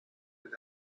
mit